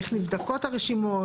איך נבדקות הרשימות.